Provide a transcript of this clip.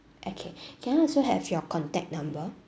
okay can I also have your contact number